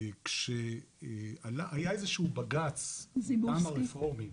כאשר היה איזה שהוא בג"ץ מטעם הרפורמים,